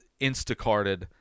Instacarted